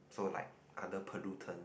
so like other pollutant